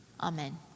Amen